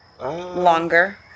Longer